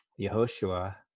Yehoshua